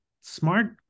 smart